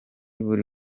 buri